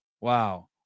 Wow